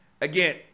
Again